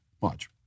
Watch